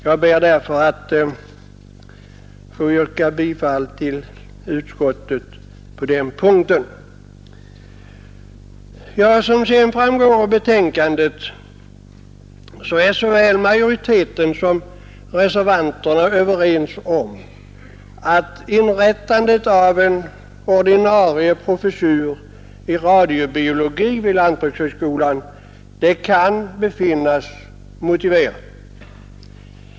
Jag ber därför att få yrka bifall till utskottets förslag på denna punkt. Som framgår av betänkandet är majoriteten och reservanterna överens om att inrättandet av en ordinarie professur i radiobiologi vid lantbrukshögskolan kan befinnas motiverat.